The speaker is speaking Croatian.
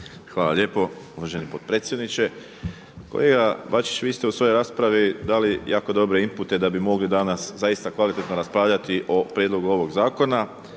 Hvala lijepo uvaženi potpredsjedniče. Kolega Bačić vi ste u svojoj raspravi dali jako dobre inpute da bi mogli danas zaista kvalitetno raspravljati o prijedlogu ovog zakona.